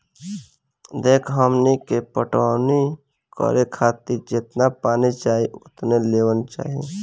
देखऽ हमनी के पटवनी करे खातिर जेतना पानी चाही ओतने लेवल जाई